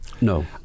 No